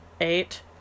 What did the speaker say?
eight